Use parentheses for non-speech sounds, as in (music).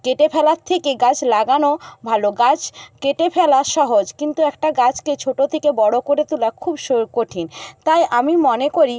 কেটে ফেলার থেকে গাছ লাগানো ভালো গাছ কেটে ফেলা সহজ কিন্তু একটা গাছকে ছোট থেকে বড় করে তোলা খুব স (unintelligible) কঠিন তাই আমি মনে করি